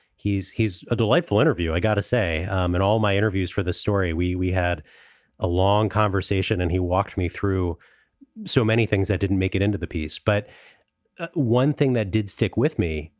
he's he's a delightful interview. i got to say, um in all my interviews for the story, we we had a long conversation and he walked me through so many things that didn't make it into the piece. but one thing that did stick with me,